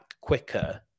quicker